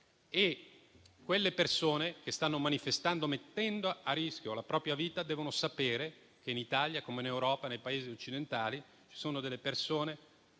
delle persone. Coloro che stanno manifestando, mettendo a rischio la propria vita, devono quindi sapere che in Italia, come in Europa e nei Paesi occidentali, ci sono altre persone